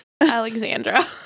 Alexandra